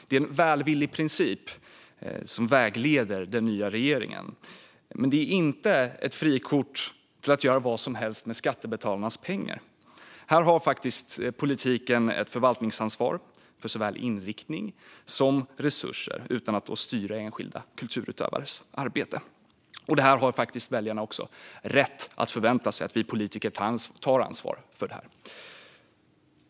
Det är en välvillig princip som vägleder den nya regeringen, men det är inte ett frikort för att göra vad som helst med skattebetalarnas pengar. Här har faktiskt politiken ett förvaltningsansvar för såväl inriktning som resurser, utan att styra enskilda kulturutövares arbete. Väljarna har faktiskt också rätt att förvänta sig att vi politiker tar ansvar för detta.